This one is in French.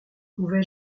pouvais